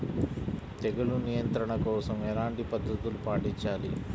తెగులు నియంత్రణ కోసం ఎలాంటి పద్ధతులు పాటించాలి?